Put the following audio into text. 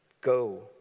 go